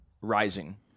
rising